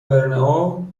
برنئو